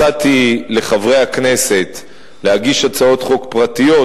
הצעתי לחברי הכנסת להגיש הצעות חוק פרטיות,